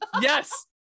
Yes